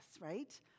right